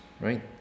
right